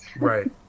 Right